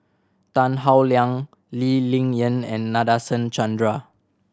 Tan Howe Liang Lee Ling Yen and Nadasen Chandra